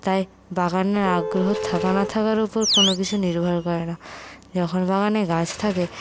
তাই বাগানের আগ্রহ থাকা না থাকার ওপর কোনো কিছু নির্ভর করে না যখন বাগানে গাছ থাকে